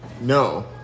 No